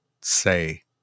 say